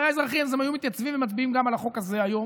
כי אם זה היה אזרחי אז הם היו מתייצבים ומצביעים גם על החוק הזה היום,